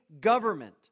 government